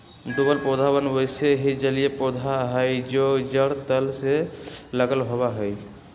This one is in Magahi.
डूबल पौधवन वैसे ही जलिय पौधा हई जो जड़ तल से लगल होवा हई